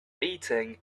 eating